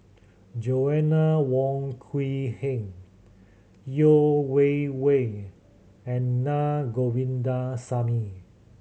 Joanna Wong Quee Heng Yeo Wei Wei and Na Govindasamy